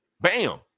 BAM